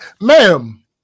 ma'am